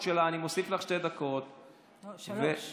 אה, זה הלכה של הרפורמים, אולי.